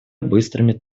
быстрыми